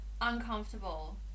uncomfortable